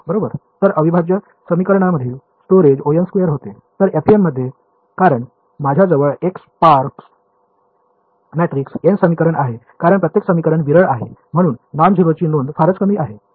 तर अविभाज्य समीकरणांमधील स्टोरेज O होते तर FEM मध्ये कारण माझ्या जवळ एक स्पार्स मॅट्रिक्स n समीकरण आहे कारण प्रत्येक समीकरण विरळ आहे म्हणजे नॉन झेरोची नोंद फारच कमी आहे